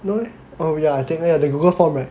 no leh oh yeah I think the Google form right